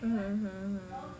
mm mm mm